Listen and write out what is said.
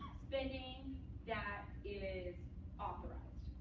spending that is authorized.